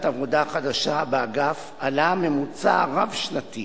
העבודה החדשה באגף עלה הממוצע הרב-שנתי